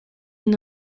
and